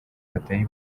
batari